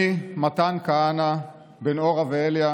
אני, מתן כהנא, בן אורה ואליה,